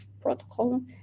protocol